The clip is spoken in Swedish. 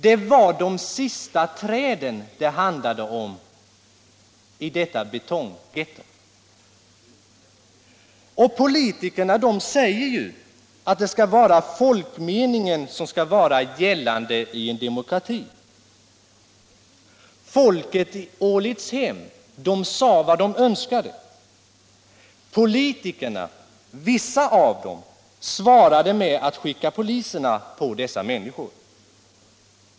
Det var de sista träden det handlade om i detta betonggetto. Politikerna säger ju att folkmeningen skall gälla i en demokrati. Folket i Ålidshem sade vad de önskade. Politikerna — vissa av dem — svarade med att skicka poliserna på dessa människor.